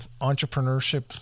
entrepreneurship